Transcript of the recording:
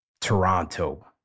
Toronto